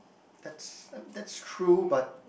that's that's true but